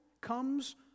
comes